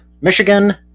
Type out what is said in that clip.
Michigan